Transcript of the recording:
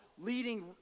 leading